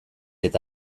eta